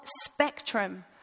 spectrum